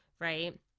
right